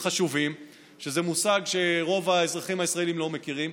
שזה מושג שרוב האזרחים הישראלים לא מכירים,